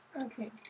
Okay